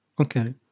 Okay